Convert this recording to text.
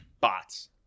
Bots